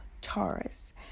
Taurus